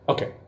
Okay